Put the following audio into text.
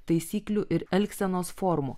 taisyklių ir elgsenos formų